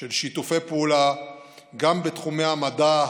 של שיתופי פעולה גם בתחומי המדע,